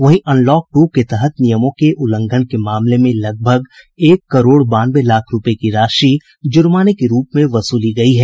वहीं unlock two के तहत नियमों के उल्लंघन के मामले में लगभग एक करोड़ बानवे लाख रूपये की राशि जूर्माने के रूप में वसूली गयी है